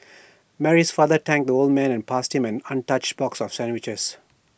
Mary's father thanked the old man and passed him an untouched box of sandwiches